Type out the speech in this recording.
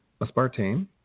aspartame